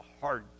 hard